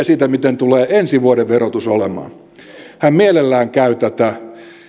siitä miten tulee ensi vuoden verotus olemaan hän mielellään käy tätä